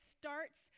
starts